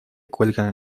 cuelga